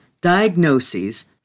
diagnoses